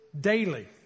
Daily